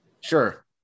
Sure